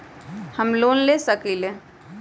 हम लोन ले सकील?